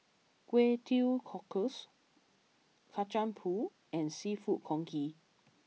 Kway Teow Cockles Kacang Pool and Seafood Congee